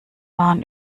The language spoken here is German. waren